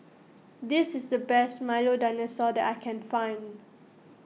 this is the best Milo Dinosaur that I can find